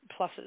pluses